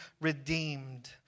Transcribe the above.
redeemed